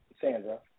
Sandra